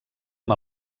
amb